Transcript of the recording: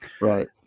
Right